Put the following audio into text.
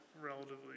relatively